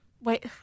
wait